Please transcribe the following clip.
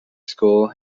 school